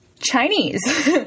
Chinese